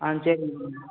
ஆ சரி மேம்